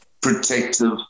protective